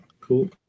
cool